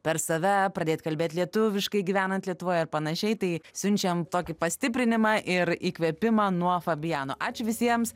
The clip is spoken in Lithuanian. per save pradėt kalbėt lietuviškai gyvenant lietuvoje ar panašiai tai siunčiam tokį pastiprinimą ir įkvėpimą nuo fabiano ačiū visiems